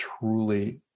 truly